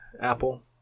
apple